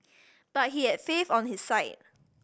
but he had faith on his side